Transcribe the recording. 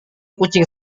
kucing